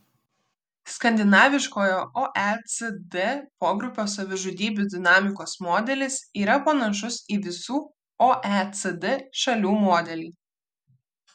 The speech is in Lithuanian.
skandinaviškojo oecd pogrupio savižudybių dinamikos modelis yra panašus į visų oecd šalių modelį